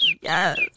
Yes